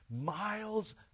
miles